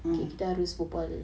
mmhmm